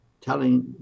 telling